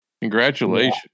Congratulations